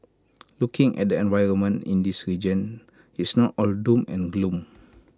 looking at the environment in this region it's not all doom and gloom